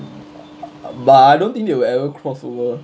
but I don't think they will ever crossover